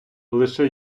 лише